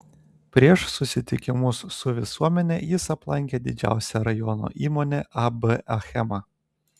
prieš susitikimus su visuomene jis aplankė didžiausią rajono įmonę ab achema